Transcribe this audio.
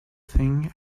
thing